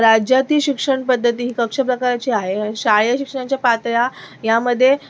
राज्यातील शिक्षणपद्धती ही पक्ष प्रकारची आहे शालेय शिक्षणाच्या पातळ्या यामध्ये